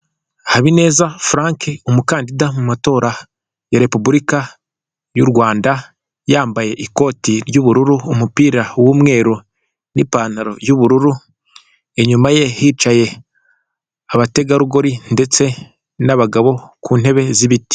Habineza frank umukandida mu matora ya repubulika y'u Rwanda yambaye ikoti ry'ubururu umupira w'umweru n'ipantaro y'ubururu. Inyuma ye hicaye abategarugori ndetse n'abagabo ku ntebe z'ibiti.